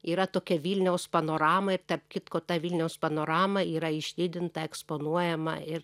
yra tokia vilniaus panorama ir tarp kitko ta vilniaus panorama yra išdidinta eksponuojama ir